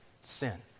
sin